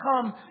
come